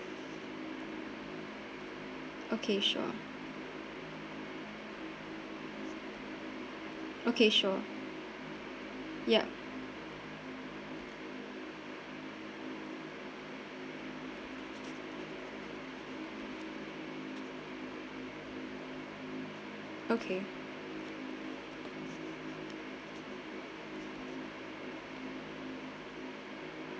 okay sure okay sure ya okay